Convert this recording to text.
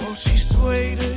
she swayed